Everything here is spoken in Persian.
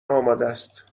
آمادست